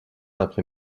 après